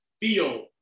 feel